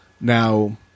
Now